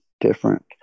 different